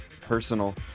personal